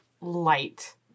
light